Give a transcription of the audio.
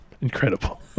Incredible